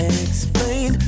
explain